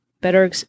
better